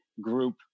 group